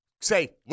say